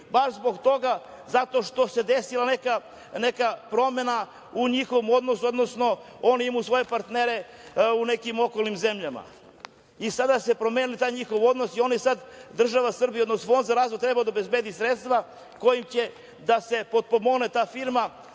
baš zbog toga što se desila neka promena u njihovom odnosu, odnosno oni imaju svoje partnere u nekim okolnim zemljama. Sada se promenio taj njihov odnos i oni sada, država Srbija, odnosno Fond za razvoj treba da obezbedi sredstva kojima će da se potpomogne ta firma.